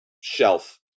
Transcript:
shelf